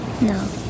No